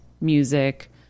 music